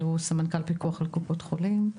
שהוא סמנכ"ל פיקוח על קופות חולים,